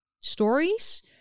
stories